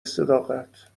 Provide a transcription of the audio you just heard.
صداقت